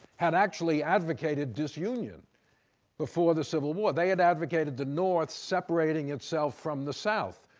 had actually advocated disunion before the civil war. they had advocated the north separating itself from the south.